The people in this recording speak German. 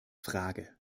frage